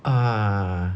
ah